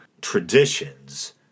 traditions